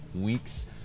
weeks